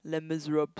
Les-Miserables